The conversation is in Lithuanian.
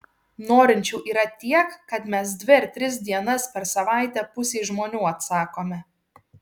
norinčių yra tiek kad mes dvi ar tris dienas per savaitę pusei žmonių atsakome